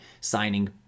signing